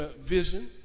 vision